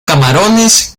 camarones